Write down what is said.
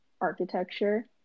architecture